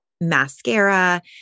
mascara